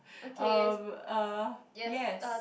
um err yes